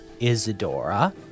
Isadora